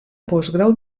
postgrau